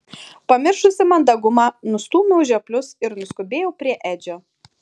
pamiršusi mandagumą nustūmiau žioplius ir nuskubėjau prie edžio